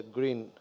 green